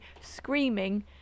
screaming